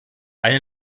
eine